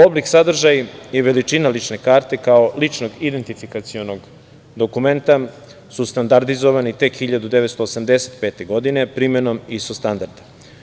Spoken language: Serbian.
Oblik, sadržaj i veličina lične karte, kao ličnog identifikacionog dokumenta su standardizovani tek 1985. godine, primenom ISO standarda.